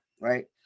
right